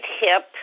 hip